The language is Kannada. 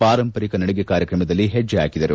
ಪಾರಂಪರಿಕ ನಡಿಗೆ ಕಾರ್ಯಕ್ರಮದಲ್ಲಿ ಹೆಜ್ಜೆ ಹಾಕಿದರು